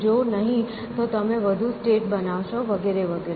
જો નહીં તો તમે વધુ સ્ટેટ બનાવશો વગેરે વગેરે